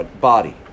body